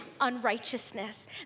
unrighteousness